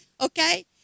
Okay